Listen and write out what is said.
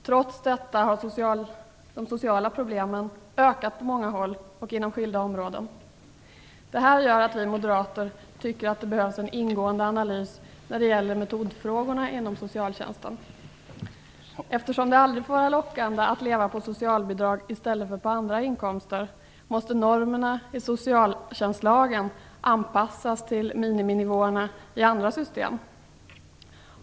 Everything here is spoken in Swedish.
Trots detta har de sociala problemen ökat på många håll och inom skilda områden. Det här gör att vi moderater tycker att det behövs en ingående analys när det gäller metodfrågorna inom socialtjänsten. Eftersom det aldrig får vara lockande att leva på socialbidrag i stället för på andra inkomster, måste normerna i socialtjänstlagen anpassas till miniminivåerna i andra system.